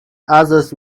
others